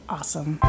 Awesome